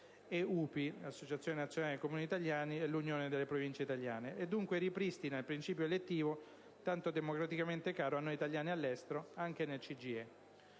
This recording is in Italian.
e UPI (Associazione nazionale dei Comuni italiani e Unione delle Province italiane) e dunque rispristina il principio elettivo tanto democraticamente caro a noi italiani all'estero anche nel CGIE.